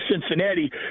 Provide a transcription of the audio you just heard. Cincinnati